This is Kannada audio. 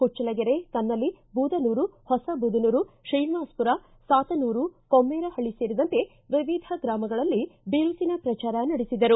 ಹುಚ್ಚಲಗೆರೆ ಕನ್ನಲಿ ಬೂದನೂರು ಹೊಸಬೂದನೂರು ಶ್ರೀನಿವಾಸವುರ ಸಾತನೂರು ಕೊಮ್ಮೇರಪಳ್ಳಿ ಸೇರಿದಂತೆ ವಿವಿಧ ಗ್ರಾಮಗಳಲ್ಲಿ ಬಿರುಸಿನ ಪ್ರಚಾರ ನಡೆಸಿದರು